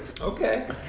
Okay